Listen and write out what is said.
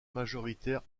majoritaire